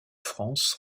france